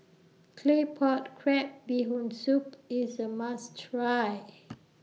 Claypot Crab Bee Hoon Soup IS A must Try